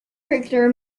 cricketer